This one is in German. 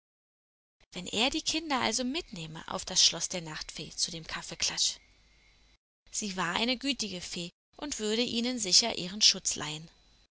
wenn er die kinder also mitnähme auf das schloß der nachtfee zu dem kaffeeklatsch sie war eine gütige fee und würde ihnen sicher ihren schutz leihen